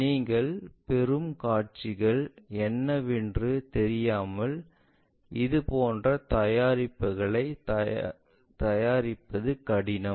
நீங்கள் பெறும் காட்சிகள் என்னவென்று தெரியாமல் இதுபோன்ற தயாரிப்புகளை தயாரிப்பது கடினம்